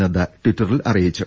നദ്ദ ട്വിറ്ററിൽ അറിയിച്ചു